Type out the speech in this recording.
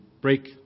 break